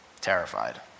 Terrified